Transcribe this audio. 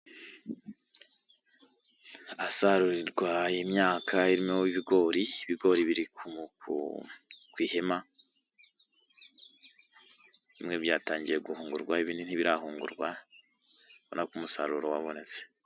Ahasarurirwa imyaka irimo ibigori, ibigori biri ku ihima bimwe byatangiye guhungurwa, ibindi ntibirahungurwa, urabona ko umusaruro wabonetse.